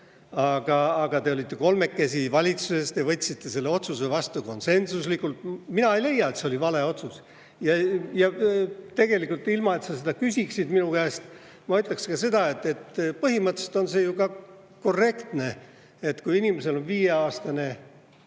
Aga te olite kolmekesi valitsuses, te võtsite selle otsuse vastu konsensuslikult. Mina ei leia, et see oli vale otsus. Tegelikult, ilma et sa seda küsiksid minu käest, ma ütlen ka seda, et põhimõtteliselt on see ju korrektne, et kui inimesel on viieaastane